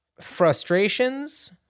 frustrations